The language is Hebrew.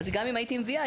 אז גם אם הייתי מביאה,